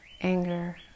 anger